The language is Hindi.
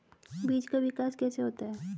बीज का विकास कैसे होता है?